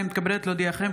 אני מתכבדת להודיעכם,